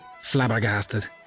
Flabbergasted